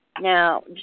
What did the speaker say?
Now